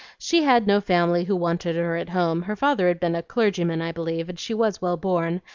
she had no family who wanted her at home her father had been a clergyman, i believe, and she was well born,